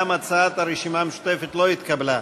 גם הצעת הרשימה המשותפת לא התקבלה.